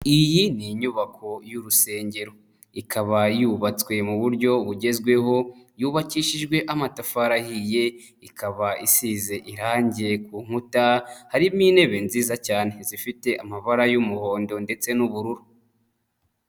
Iyi ni inyubako y'urusengero ikaba yubatswe mu buryo bugezweho, yubakishijwe amatafari ahiye ikaba isize irangi ku nkuta harimo intebe nziza cyane zifite amabara y'umuhondo ndetse n'ubururu.